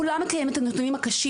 כולם מכירים את הנתונים הקשים,